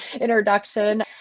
introduction